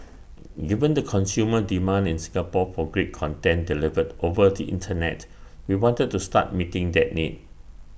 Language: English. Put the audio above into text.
given the consumer demand in Singapore for great content delivered over the Internet we wanted to start meeting that need